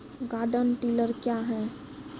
Garden tiller क्या हैं?